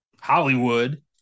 Hollywood